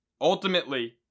ultimately